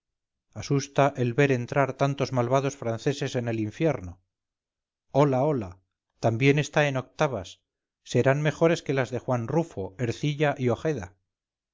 asusta el ver entrar tantos malvados franceses en el infierno hola hola también está en octavas serán mejores que las de juan rufo ercilla y ojeda